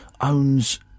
owns